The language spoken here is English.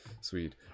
sweet